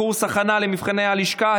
קורס הכנה למבחני הלשכה),